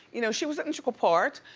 you know she was an integral part,